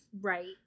Right